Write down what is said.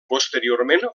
posteriorment